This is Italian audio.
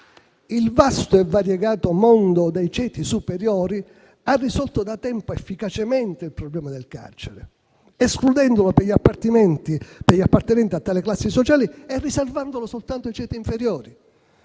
Il vasto e variegato mondo dei ceti superiori ha risolto da tempo efficacemente il problema del carcere, escludendolo per gli appartenenti a tali classi sociali e riservandolo soltanto ai ceti inferiori.